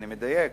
אני מדייק?